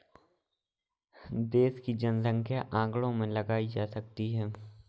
देश की जनसंख्या आंकड़ों से लगाई जा सकती है